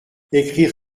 écrire